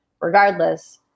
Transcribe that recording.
Regardless